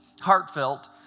heartfelt